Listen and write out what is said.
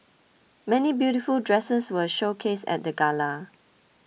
many beautiful dresses were showcased at the Gala